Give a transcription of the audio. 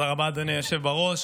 תודה רבה, אדוני היושב בראש.